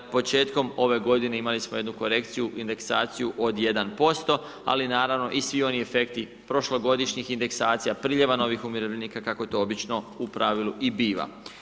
Početkom ove godine imali smo jednu korekciju, indeksaciju od 1% ali naravno i svi oni efekti prošlogodišnjih indeksacija, priljeva novih umirovljenika kako to obično u pravilu i biva.